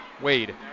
Wade